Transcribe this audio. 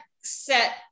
set